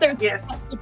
yes